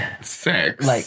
sex